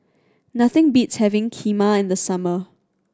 nothing beats having Kheema in the summer